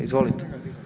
Izvolite.